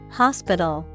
hospital